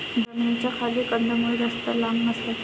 जमिनीच्या खाली कंदमुळं जास्त लांब नसतात